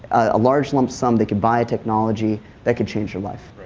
a large lump sum they could buy technology that could change their life.